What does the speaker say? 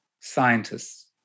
scientists